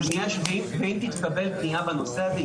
ואם תתקבל פנייה בנושא הזה,